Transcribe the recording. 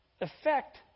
effect